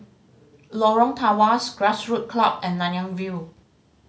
Lorong Tawas Grassroots Club and Nanyang View